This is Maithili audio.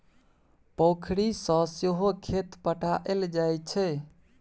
पोखरि सँ सहो खेत पटाएल जाइ छै